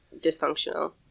dysfunctional